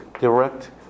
direct